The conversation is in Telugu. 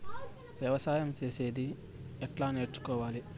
వ్యవసాయం చేసేది ఎట్లా నేర్చుకోవాలి?